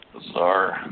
Bizarre